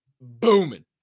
booming